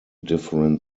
different